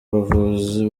buvuzi